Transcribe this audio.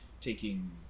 taking